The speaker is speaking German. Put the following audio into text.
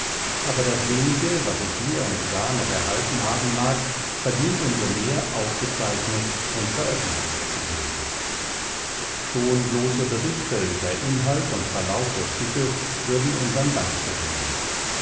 aber das wenige was sich hier und da noch erhalten haben mag verdient um so mehr aufgezeichnet und veröffentlicht zu werden schon bloße berichte über inhalt und verlauf der stücke würden unsern dank verdienen